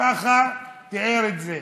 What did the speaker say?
ככה הוא תיאר את זה,